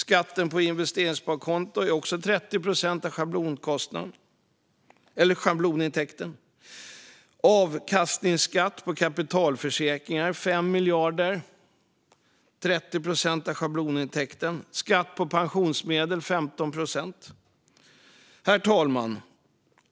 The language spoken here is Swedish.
Skatten på investeringssparkonto är också 30 procent av schablonintäkten. Avkastningsskatt på kapitalförsäkringar är 5 miljarder, 30 procent av schablonintäkten. Skatt på pensionsmedel är 15 procent. Herr talman!